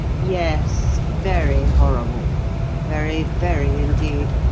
yes, very horrible very, very indeed.